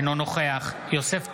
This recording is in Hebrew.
אינו נוכח יוסף טייב,